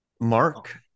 Mark